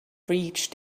reached